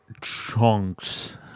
chunks